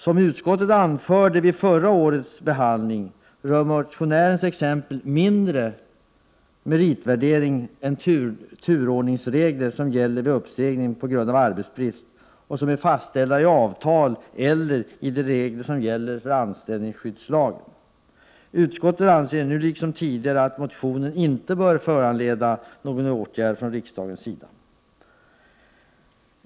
Som utskottet anförde vid förra årets behandling rör motionärens exempel mindre meritvärdering än de turordningsregler som gäller vid uppsägning på grund av arbetsbrist och som är fastställda i avtal eller i de regler som gäller enligt anställningsskyddslagen. Utskottet anser nu, liksom tidigare, att motionen inte bör föranleda någon åtgärd från riksdagens sida.